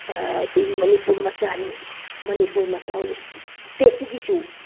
ꯃꯅꯤꯄꯨꯔ ꯃꯆꯥꯅꯤ ꯃꯅꯤꯄꯨꯔ ꯃꯆꯥ ꯏꯁꯇꯦꯠꯇꯨꯒꯤꯁꯨ